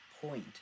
point